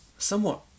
somewhat